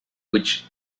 which